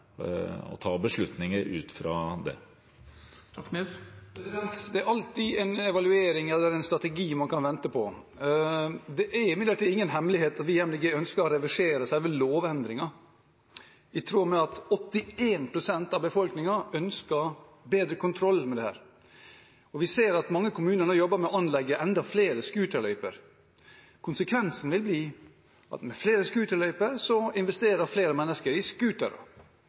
evaluering eller en strategi man kan vente på. Det er imidlertid ingen hemmelighet at vi i Miljøpartiet De Grønne ønsker å reversere selve lovendringen, i tråd med at 81 pst. av befolkningen ønsker bedre kontroll med dette. Vi ser at mange kommuner nå jobber med å anlegge enda flere scooterløyper. Konsekvensen vil bli at med flere scooterløyper investerer flere mennesker i scootere.